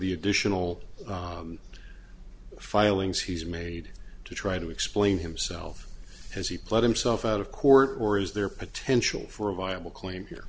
the additional filings he's made to try to explain himself has he played himself out of court or is there potential for a viable claim here